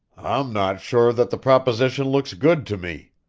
i'm not sure that the proposition looks good to me,